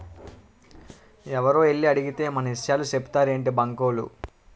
ఎవరో ఎల్లి అడిగేత్తే మన ఇసయాలు సెప్పేత్తారేటి బాంకోలు?